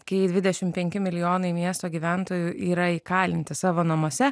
kai dvidešim penki milijonai miesto gyventojų yra įkalinti savo namuose